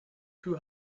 two